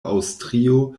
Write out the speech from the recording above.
aŭstrio